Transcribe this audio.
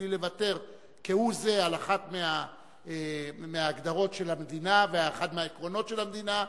בלי לוותר כהוא-זה על אחת מההגדרות של המדינה ואחד מהעקרונות של המדינה,